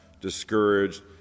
discouraged